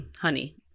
honey